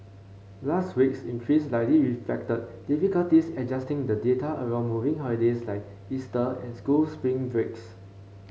last week's increase likely reflected difficulties adjusting the data around moving holidays like Easter and school spring breaks